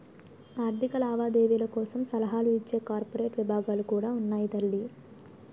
ఆర్థిక లావాదేవీల కోసం సలహాలు ఇచ్చే కార్పొరేట్ విభాగాలు కూడా ఉన్నాయి తల్లీ